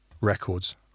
records